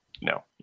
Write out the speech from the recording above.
No